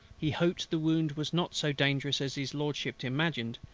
he hoped the wound was not so dangerous as his lordship imagined,